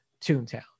Toontown